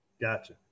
gotcha